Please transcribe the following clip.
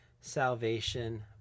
salvation